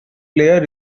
player